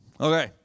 okay